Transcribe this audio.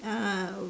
uh